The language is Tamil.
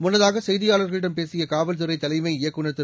முன்னதாக செய்தியாளர்களிடம் பேசிய காவல்துறை தலைமை இயக்குநர் திரு